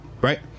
Right